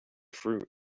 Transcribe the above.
fruit